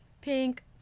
pink